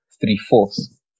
three-fourths